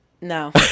No